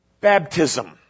baptism